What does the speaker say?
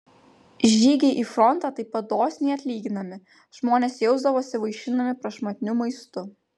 žygiai į frontą taip pat dosniai atlyginami žmonės jausdavosi vaišinami prašmatniu maistu